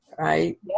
Right